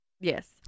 Yes